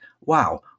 wow